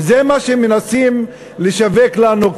וזה מה שמנסים לשווק לנו,